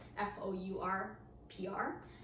F-O-U-R-P-R